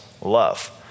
love